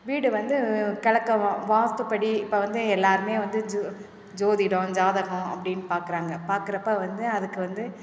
வீடு வந்து கிழக்க வா வாஸ்துப்படி இப்போ வந்து எல்லாருமே வந்து ஜோ ஜோதிடம் ஜாதகம் அப்படின் பார்க்கறாங்க பார்க்கறப்ப வந்து அதுக்கு வந்து